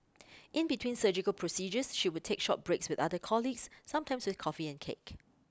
in between surgical procedures she would take short breaks with other colleagues sometimes with coffee and cake